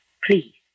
Please